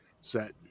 set